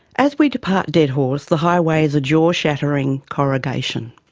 as we depart deadhorse, the highway is a jaw shattering corrugation.